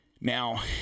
Now